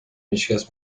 هیچکس